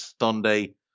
Sunday